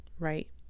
right